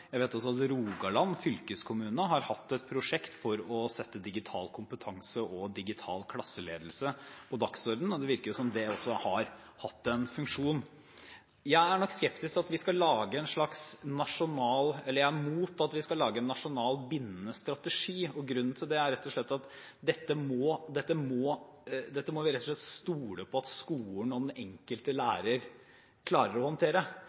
Jeg vet også at Rogaland fylkeskommune har hatt et prosjekt for å sette digital kompetanse og digital klasseledelse på dagsordenen, og det virker jo som om det også har hatt en funksjon. Jeg er nok skeptisk til, eller jeg er mot, at vi skal lage en nasjonal bindende strategi. Grunnen til det er at dette må vi rett og slett stole på at skolen og den enkelte lærer klarer å håndtere.